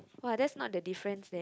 !wah! that's not the difference then